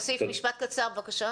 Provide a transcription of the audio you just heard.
להוסיף משפט, בבקשה.